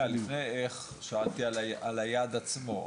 לא, שנייה, לפני איך, שאלתי על היעד עצמו.